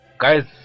guys